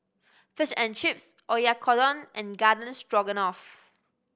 Fish and Chips Oyakodon and Garden Stroganoff